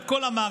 את כל המערכת,